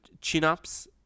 chin-ups